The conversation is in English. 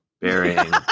burying